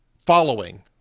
following